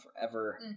Forever